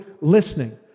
listening